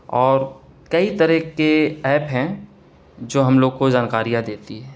اور کئی طرح کے ایپ ہیں جو ہم لوگ کو جانکاریاں دیتی ہے